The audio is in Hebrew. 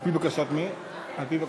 על-פי הבקשה, אנחנו